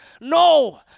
No